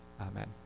amen